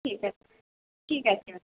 ঠিক আছে ঠিক আছে ম্যাডাম